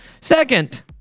Second